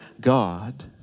God